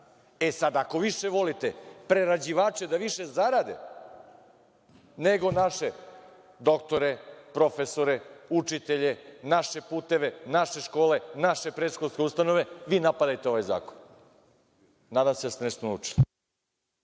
E, sada ako više volite prerađivače da više zarade nego naše doktore, profesore, učitelje, naše puteve, naše škole, naše predškolske ustanove, vi napadajte ovaj zakon. Nadam se da ste nešto naučili.